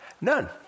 None